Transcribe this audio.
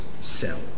sell